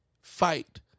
fight